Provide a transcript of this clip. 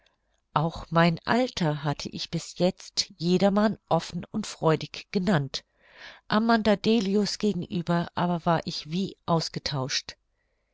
auch mein alter hatte ich bis jetzt jedermann offen und freudig genannt amanda delius gegenüber aber war ich wie ausgetauscht